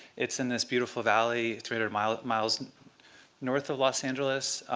it's in this beautiful valley three hundred mile miles north of los angeles.